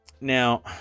now